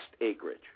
acreage